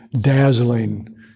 dazzling